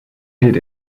hit